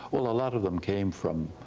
well a lot of them came from,